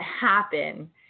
happen